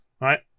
right